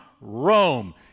Rome